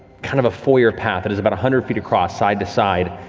kind of a foyer path that is about a hundred feet across, side to side,